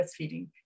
breastfeeding